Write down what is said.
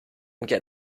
get